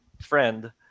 friend